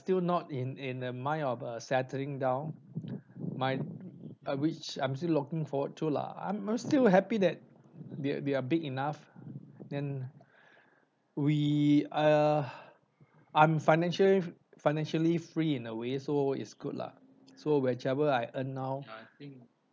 still not in in the mind of uh settling down my uh which I'm still looking forward to lah I'm still happy that they are they are big enough then we err I'm financially financially free in a way so it's good lah so whichever I earn now